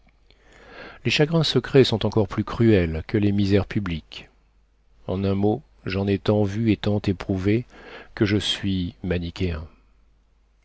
les chagrins secrets sont encore plus cruels que les misères publiques en un mot j'en ai tant vu et tant éprouvé que je suis